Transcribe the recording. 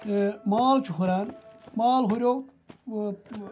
تہٕ مال چھُ ہُران مال ہُریو